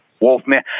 Wolfman